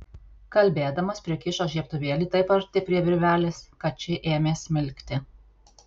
kalbėdamas prikišo žiebtuvėlį taip arti prie virvelės kad ši ėmė smilkti